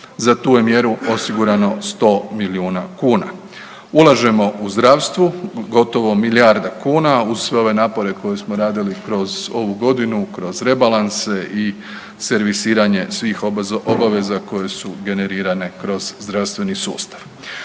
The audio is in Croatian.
za tu je mjeru osigurano 100 milijuna kuna. Ulažemo u zdravstvu, gotovo milijarda kuna, uz sve ove napore koje smo radili kroz ovu godinu, kroz rebalanse i servisiranje svih obaveza koje su generirane kroz zdravstveni sustav.